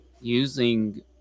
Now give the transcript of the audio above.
using